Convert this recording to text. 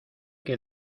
que